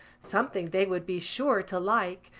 something they would be sure to like,